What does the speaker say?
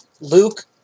Luke